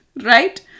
Right